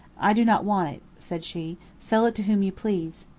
i do not want it said she, sell it to whom you please.